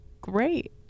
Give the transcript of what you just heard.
Great